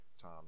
Tom